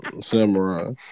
Samurai